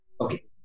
Okay